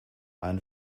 einen